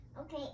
Okay